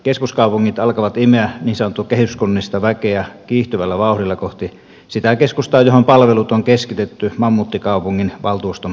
keskuskaupungit alkavat imeä niin sanotuista kehyskunnista väkeä kiihtyvällä vauhdilla kohti sitä keskustaa johon palvelut on keskitet ty mammuttikaupungin valtuuston päätöksillä